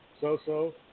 So-so